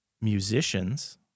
musicians –